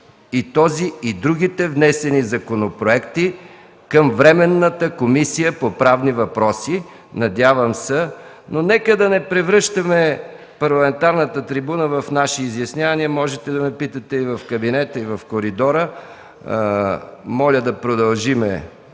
и този, и другите внесени законопроекти към Временната комисия по правни въпроси, надявам се. Нека да не превръщаме парламентарната трибуна в наши изяснявания, можете да ме попитате и в кабинета, и в коридора. Моля да продължим